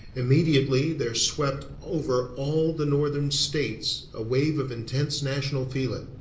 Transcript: immediately there swept over all the northern states a wave of intense national feeling,